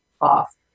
off